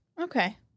Okay